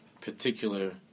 particular